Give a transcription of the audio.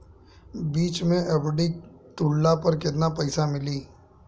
बीच मे एफ.डी तुड़ला पर केतना पईसा मिली?